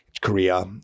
Korea